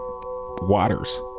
waters